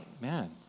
Man